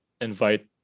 invite